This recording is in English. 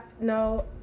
No